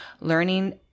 learning